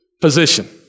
position